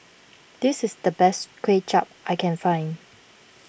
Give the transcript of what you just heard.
this is the best Kuay Chap I can find